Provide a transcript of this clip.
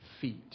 feet